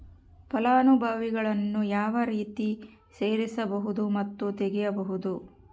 ಫಲಾನುಭವಿಗಳನ್ನು ಯಾವ ರೇತಿ ಸೇರಿಸಬಹುದು ಮತ್ತು ತೆಗೆಯಬಹುದು?